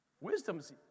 wisdom's